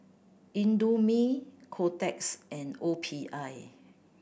Indomie Kotex and O P I